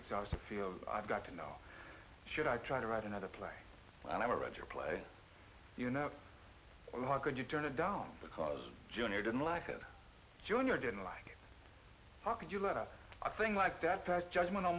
exhausted feel i've got to know should i try to write another play i never read your play you know how could you turn it down because junior didn't like a junior didn't like how could you let a a thing like that pass judgment on